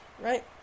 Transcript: right